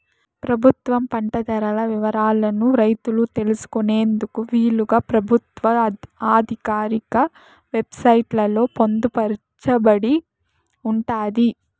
ప్రభుత్వం పంట ధరల వివరాలను రైతులు తెలుసుకునేందుకు వీలుగా ప్రభుత్వ ఆధికారిక వెబ్ సైట్ లలో పొందుపరచబడి ఉంటాది